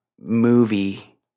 movie